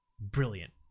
Brilliant